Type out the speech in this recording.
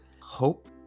hope